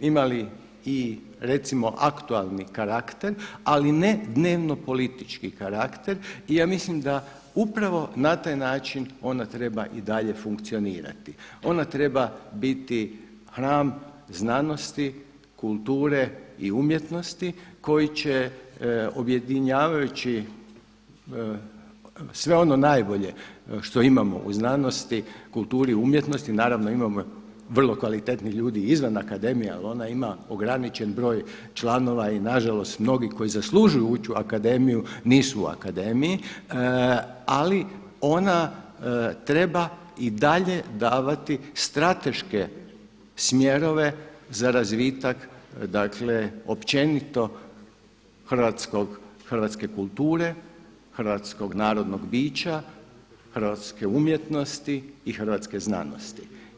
imali i recimo aktualni karakter ali ne dnevno politički karakter i ja mislim da upravo na taj način ona treba i dalje funkcionirati, ona treba biti hram znanosti, kulture i umjetnosti koji će objedinjavajući sve ono najbolje što imamo u znanosti, kulturu i umjetnosti naravno imamo vrlo kvalitetnih ljudi i izvan akademije ali ona ima ograničen broj članova i nažalost mnogi koji zaslužuju ući u akademiju nisu u akademiji, ali ona treba i dalje davati strateške smjerove za razvitak dakle općenito hrvatske kulture, hrvatskog narodnog bića, hrvatske umjetnosti i hrvatske znanosti.